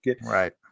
Right